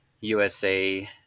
USA